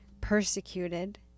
persecuted